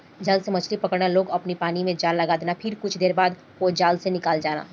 जाल से मछरी पकड़ला में लोग पानी में जाल लगा देला फिर कुछ देर बाद ओ जाल के निकालल जाला